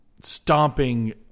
stomping